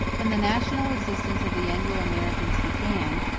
when the national existence of the anglo-americans began,